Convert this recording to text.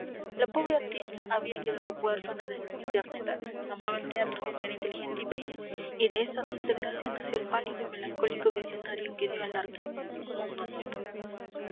la pobre artista había quedado huérfana desde muy tierna edad amaba el teatro era inteligente y bella y de esa dulce gracia nació el pálido y melancólico visionario que dio al arte un mundo nuevo